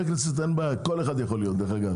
חבר כנסת, אין בעיה, כל אחד יכול להיות, דרך אגב.